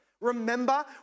Remember